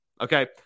Okay